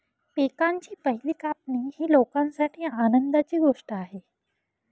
पिकांची पहिली कापणी ही लोकांसाठी आनंदाची गोष्ट आहे